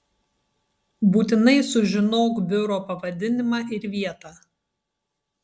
būtinai sužinok biuro pavadinimą ir vietą